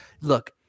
look